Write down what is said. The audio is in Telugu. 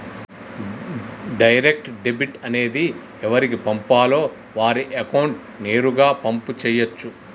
డైరెక్ట్ డెబిట్ అనేది ఎవరికి పంపాలో వారి అకౌంట్ నేరుగా పంపు చేయచ్చు